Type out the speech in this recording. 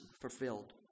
fulfilled